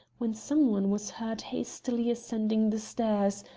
when some one was heard hastily ascending the stairs,